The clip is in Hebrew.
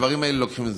הדברים האלה לוקחים זמן.